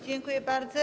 Dziękuję bardzo.